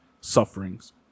sufferings